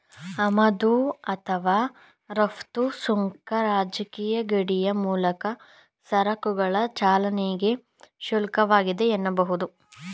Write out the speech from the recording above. ಆಮದು ಅಥವಾ ರಫ್ತು ಸುಂಕ ರಾಜಕೀಯ ಗಡಿಯ ಮೂಲಕ ಸರಕುಗಳ ಚಲನೆಗೆ ಶುಲ್ಕವಾಗಿದೆ ಎನ್ನಬಹುದು